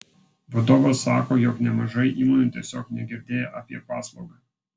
vadovas sako jog nemažai įmonių tiesiog negirdėję apie paslaugą